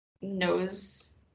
knows